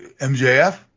MJF